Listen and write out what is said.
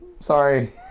Sorry